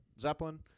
Zeppelin